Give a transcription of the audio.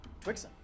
Wixen